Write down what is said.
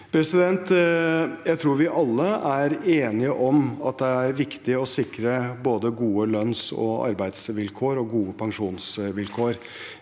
Jeg tror vi alle er enige om at det er viktig å sikre både gode lønns- og arbeidsvilkår og gode pensjonsvilkår.